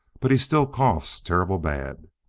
but he still coughs terrible bad.